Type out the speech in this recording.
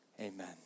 amen